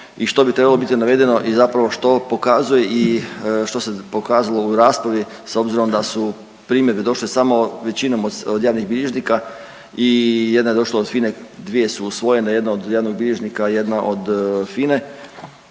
i što bi trebalo biti navedeno i zapravo što pokazuje i što se pokazalo u raspravi s obzirom da su primjedbe samo većinom od javnih bilježnika i jedna je došla od FINA-e. Dvije su usvojene, jedna od javnog bilježnika, jedna od FINA-e.